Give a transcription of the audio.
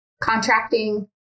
contracting